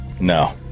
No